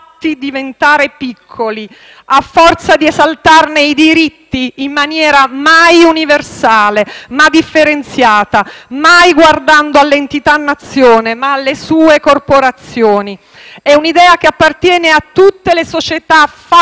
È un'idea che appartiene a tutte le società fatte